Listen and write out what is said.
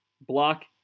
block